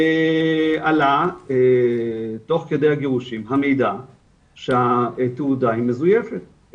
עלה, תוך כדי הגירושין, המידע שהתעודה היא מזויפת.